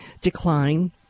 decline